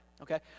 okay